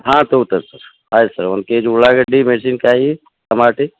ಹಾಂ ತಗೊತಾರ ಸರ್ ಆಯ್ತು ಸರ್ ಒನ್ ಕೆಜಿ ಉಳ್ಳಾಗಡ್ಡಿ ಮೆಣ್ಸಿನ್ಕಾಯಿ ಟಮಾಟಿ